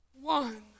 one